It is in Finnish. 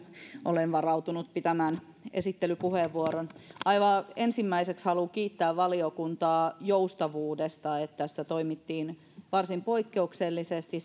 olen varautunut pitämään esittelypuheenvuoron aivan ensimmäiseksi haluan kiittää valiokuntaa joustavuudesta sillä tässä toimittiin varsin poikkeuksellisesti